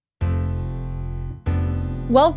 Welcome